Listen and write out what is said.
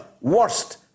worst